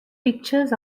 pictures